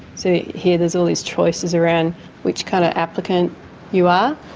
so here there's all these choices around which kind of applicant you are,